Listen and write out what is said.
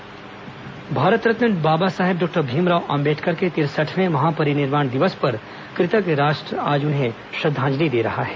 भीमराव अम्बेडकर दिवस भारतरत्न बाबा साहेब डॉक्टर भीमराव अम्बेडकर के तिरसठवें महापरिनिर्वाण दिवस पर कृतज्ञ राष्ट्र आज उन्हें श्रद्वांजलि दे रहा है